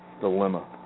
dilemma